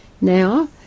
Now